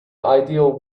ideal